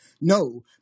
No